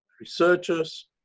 researchers